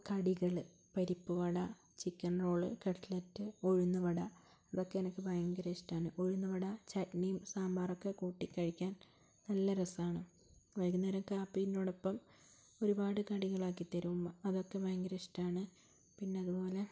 കടികൾ parippuvada chicken roll cutlet uzhunnuvada അതൊക്കെ എനിക്ക് ഭയങ്കര ഇഷ്ടമാണ് ഉഴുന്നുവട ചട്ണിയും സാമ്പാറുമൊക്കെ കൂട്ടിക്കഴിക്കാൻ നല്ല രസമാണ് വൈകുന്നേരമൊക്കെ കാപ്പീനോടൊപ്പം ഒരുപാട് കടികളാക്കിത്തരും ഉമ്മ അതൊക്കെ ഭയങ്കര ഇഷ്ടമാണ് പിന്നെ അതുപോലെ ഇതൊക്കെയാണ്